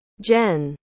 Jen